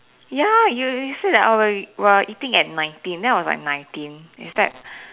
ya you you said that I we're eating at nineteen then I was like nineteen is that